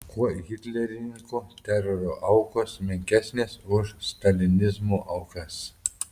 kuo hitlerininkų teroro aukos menkesnės už stalinizmo aukas